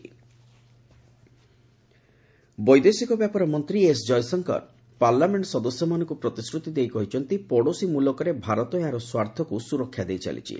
କୟଶଙ୍କର MPs ବୈଦେଶିକ ବ୍ୟାପାର ମନ୍ତ୍ରୀ ଏସ୍ ଜୟଶଙ୍କର ପାର୍ଲାମେଣ୍ଟ ସଦସ୍ୟମାନଙ୍କୁ ପ୍ରତିଶ୍ରତି ଦେଇ କହିଛନ୍ତି ପଡ଼ୋଶୀ ମୁଲକରେ ଭାରତ ଏହାର ସ୍ୱାର୍ଥକୁ ସୁରକ୍ଷା ଦେଇ ଚାଲିଛି